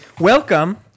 Welcome